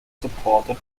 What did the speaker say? supported